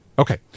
okay